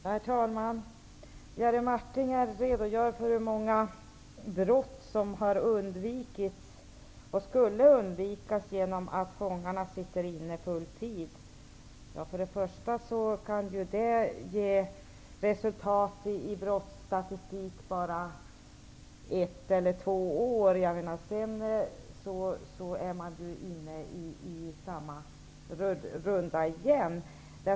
Herr talman! Jerry Martinger redogör för hur många brott som har undvikits och skulle undvikas genom att fångarna sitter inne full tid. Det kan ge resultat i brottsstatistik bara ett eller två år. Sedan är man inne i samma runda igen.